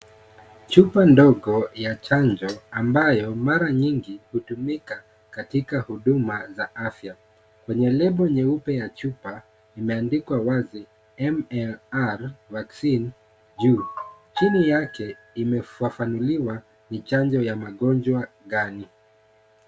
Chupa ndogo ya chanjo ambayo mara nyingi hutumika katika huduma za afya kwenye lebo nyeupe ya chupa imeandikwa wazi MLR vaccine juu. chini yake imefafanuliwa ni chanjo ya magonjwa gani.